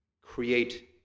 create